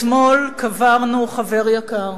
אתמול קברנו חבר יקר,